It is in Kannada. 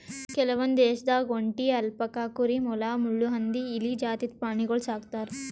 ಕೆಲವೊಂದ್ ದೇಶದಾಗ್ ಒಂಟಿ, ಅಲ್ಪಕಾ ಕುರಿ, ಮೊಲ, ಮುಳ್ಳುಹಂದಿ, ಇಲಿ ಜಾತಿದ್ ಪ್ರಾಣಿಗೊಳ್ ಸಾಕ್ತರ್